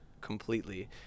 completely